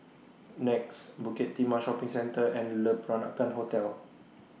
Nex Bukit Timah Shopping Centre and Le Peranakan Hotel